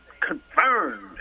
confirmed